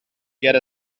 get